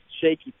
shaky